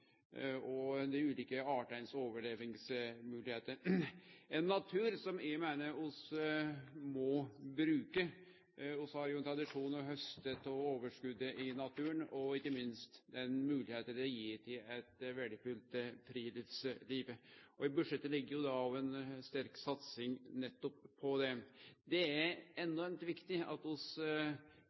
fauna og dei ulike artane sine overlevingsmoglegheiter. Eg meiner vi må bruke naturen. Vi har jo ein tradisjon for å hauste av overskotet i naturen, og ikkje minst gir naturen moglegheit til eit verdifullt friluftsliv. I budsjettet ligg da òg ei sterk satsing nettopp på det. Det er enormt viktig at